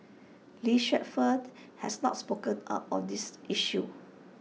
lee Suet Fern has not spoken up on this issue